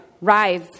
rise